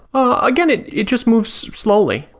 again, it it just moves slowly.